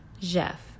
Jeff